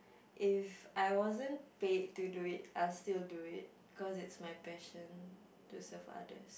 if I wasn't paid to do it I will still do it cause it's my passion to serve others